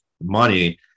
money